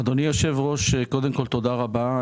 אדוני היושב ראש, קודם כל תודה רבה.